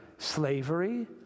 Slavery